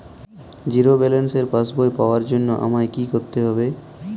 Zero ব্যালেন্সের পাসবই পাওয়ার জন্য আমায় কী করতে হবে?